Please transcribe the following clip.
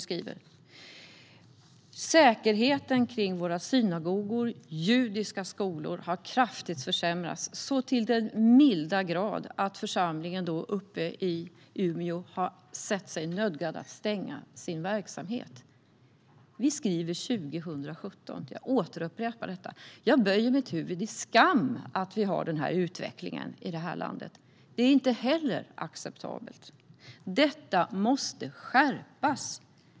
Säkerheten kring synagogor och judiska skolor har kraftigt försämrats och har gjort det så till den milda grad att församlingen uppe i Umeå har sett sig nödgad att stänga sin verksamhet. Vi skriver 2017 - jag upprepar detta. Jag böjer mitt huvud i skam inför att vi har en sådan utveckling i vårt land. Detta är inte heller acceptabelt. Det här måste skärpas.